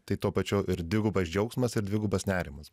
tai tuo pačiu ir dvigubas džiaugsmas ir dvigubas nerimas